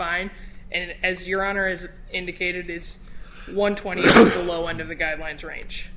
fine and as your honor is indicated is one twenty below under the guidelines range